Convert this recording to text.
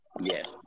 Yes